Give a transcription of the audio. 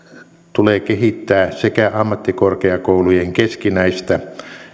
tulee kehittää sekä ammattikorkeakoulujen keskinäistä